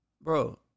bro